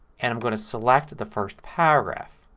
and i'm going to select the first paragraph.